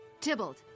Tybalt